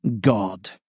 God